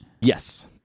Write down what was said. Yes